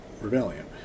rebellion